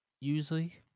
usually